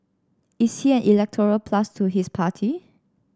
is he an electoral plus to his party